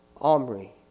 Omri